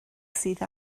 sydd